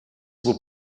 will